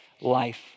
life